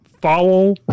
follow